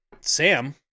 Sam